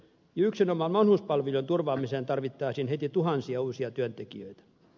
yksinomaan vanhuspalvelujen turvaamiseen tarvittaisiin heti tuhansia uusia työntekijöitä